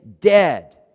dead